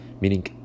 meaning